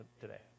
today